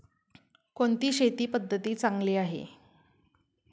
कोणती शेती पद्धती चांगली आहे?